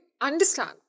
understand